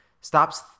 stops